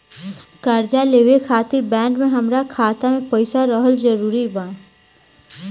कर्जा लेवे खातिर बैंक मे हमरा खाता मे पईसा रहल जरूरी बा?